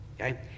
okay